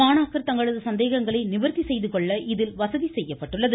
மாணாக்கர் தங்களது சந்தேகங்களை நிவர்த்தி செய்துகொள்ள இதில் வசதி செய்யப்பட்டுள்ளது